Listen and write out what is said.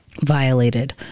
violated